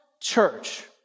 church